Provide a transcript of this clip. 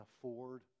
afford